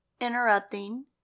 interrupting